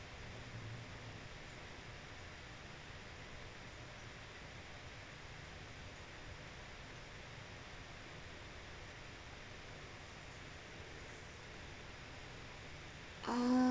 uh